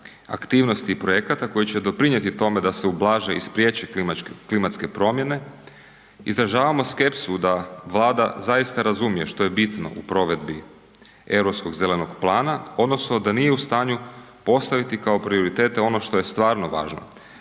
aktivnosti i projekata koji će doprinjeti tome da se ublaže i spriječe klimatske promjene, izražavamo skepsu da Vlada zaista razumije što je bitno u provedbi Europskog zelenog plana odnosno da nije u stanju postaviti kao prioritete ono što je stvarno važno,